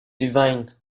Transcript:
divine